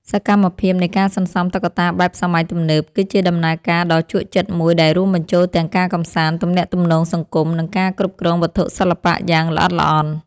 សកម្មភាពនៃការសន្សំតុក្កតាបែបសម័យទំនើប គឺជាដំណើរការដ៏ជក់ចិត្តមួយដែលរួមបញ្ចូលទាំងការកម្សាន្ត ទំនាក់ទំនងសង្គម និងការគ្រប់គ្រងវត្ថុសិល្បៈយ៉ាងល្អិតល្អន់។